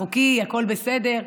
חוקי, הכול בסדר.